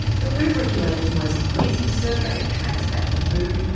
the food regulator's most recent survey of trans fat in food,